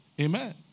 Amen